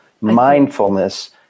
Mindfulness